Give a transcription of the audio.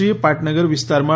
થય્પાટનગર વિસ્તારમાં